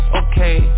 okay